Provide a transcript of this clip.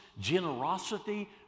generosity